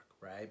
right